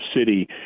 City